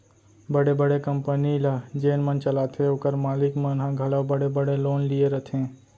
बड़े बड़े कंपनी ल जेन मन चलाथें ओकर मालिक मन ह घलौ बड़े बड़े लोन लिये रथें